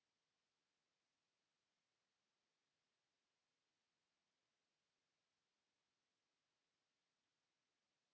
Kiitos.